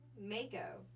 Mako